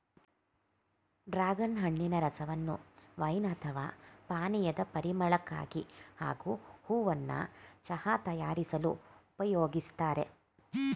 dragon ಹಣ್ಣಿನ ರಸವನ್ನು wine ಅಥವಾ ಪಾನೀಯದ ಪರಿಮಳಕ್ಕಾಗಿ ಹಾಗೂ ಹೂವನ್ನ ಚಹಾ ತಯಾರಿಸಲು ಉಪಯೋಗಿಸ್ತಾರೆ